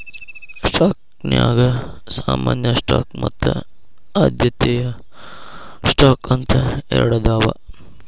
ಸ್ಟಾಕ್ನ್ಯಾಗ ಸಾಮಾನ್ಯ ಸ್ಟಾಕ್ ಮತ್ತ ಆದ್ಯತೆಯ ಸ್ಟಾಕ್ ಅಂತ ಎರಡದಾವ